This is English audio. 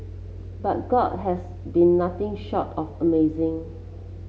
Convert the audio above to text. but God has been nothing short of amazing